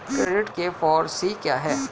Credit के four C क्या हैं?